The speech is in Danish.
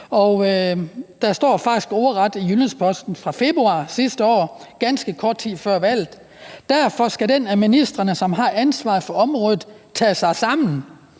Der står faktisk ordret i Jyllands-Posten fra februar sidste år, ganske kort tid før valget: »Derfor skal den af ministrene, som har ansvaret for området, tage sig sammen